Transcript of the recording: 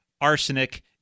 arsenic